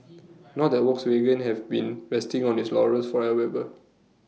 not that Volkswagen have been resting on its laurels for Ad ever